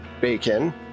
Bacon